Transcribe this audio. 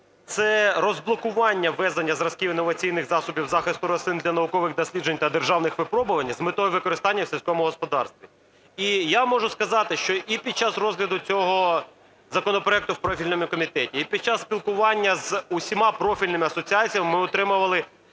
Це розблокування ввезення зразків інноваційних засобів захисту рослин для наукових досліджень та державних випробувань з метою використання в сільському господарстві. І я можу сказати, що і під час розгляду цього законопроекту в профільному комітеті, і під час спілкування з всіма профільними асоціаціями ми отримували